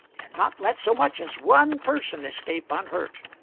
and not let so much as one person escape unhurt.